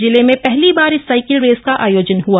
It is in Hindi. जिले में पहली बाप इस साइकिल रेस का आयोजन हआ